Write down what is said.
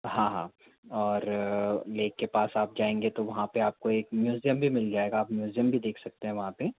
हाँ हाँ और लेक के पास आप जाएंगे तो वहाँ पे आपको एक म्युज़िअम भी मिल जाएगा आप म्यूज़ियम भी देख सकते है वहाँ पे